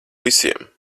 visiem